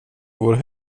vår